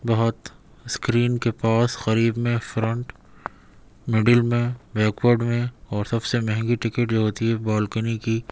بہت اسکرین کے پاس قریب میں فرنٹ میڈل میں بیکوڈ میں اور سب سے مہنگی ٹکٹ جو ہوتی ہے بالکنی کی